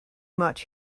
much